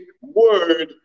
word